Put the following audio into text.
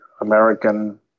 American